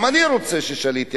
גם אני רוצה ששליט יחזור.